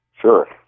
Sure